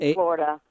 Florida